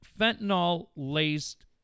fentanyl-laced